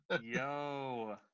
Yo